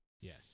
Yes